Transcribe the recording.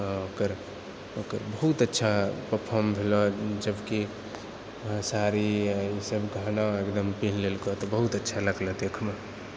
हऽ ओकर ओकर बहुत अच्छा परफॉर्म भेलौ जबकि साड़ी ईसभ गहना एकदम पिहिन ललकौ तऽ बहुत अच्छा लगलौ देखयमऽ